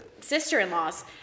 sister-in-laws